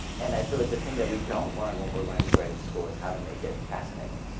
and i feel like the thing that we don't learn when we're learning to write in school is how to make it fascinating.